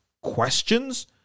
questions